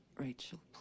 Rachel